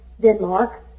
Denmark